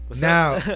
Now